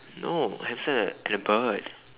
no hamster and a bird